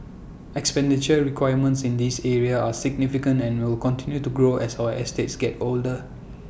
expenditure requirements in these areas are significant and will continue to grow as our estates get older